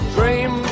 Dream